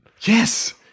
Yes